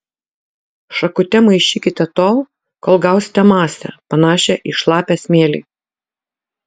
šakute maišykite tol kol gausite masę panašią į šlapią smėlį